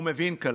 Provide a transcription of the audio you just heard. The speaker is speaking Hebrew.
הוא מבין כלכלה.